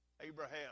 Abraham